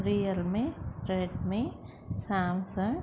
Realme Redmi Samsung